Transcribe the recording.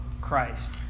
Christ